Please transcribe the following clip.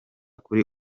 kuri